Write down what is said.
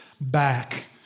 back